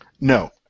No